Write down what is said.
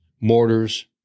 mortars